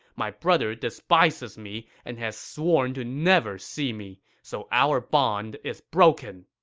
my brother despises me and has sworn to never see me, so our bond is broken.